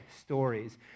stories